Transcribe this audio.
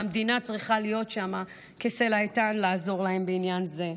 והמדינה צריכה להיות שם כסלע איתן ולעזור להם בעניין זה.